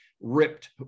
ripped